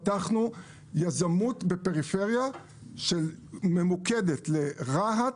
פתחנו יזמות בפריפריה שממוקדת לרהט,